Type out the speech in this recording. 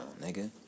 nigga